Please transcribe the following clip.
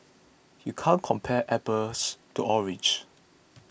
you can't compare apples to oranges